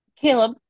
Caleb